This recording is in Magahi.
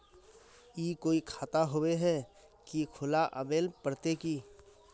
ई कोई खाता होबे है की खुला आबेल पड़ते की?